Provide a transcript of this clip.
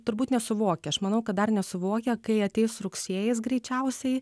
turbūt nesuvokia aš manau kad dar nesuvokia kai ateis rugsėjis greičiausiai